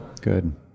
Good